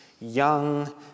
young